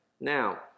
Now